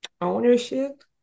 ownership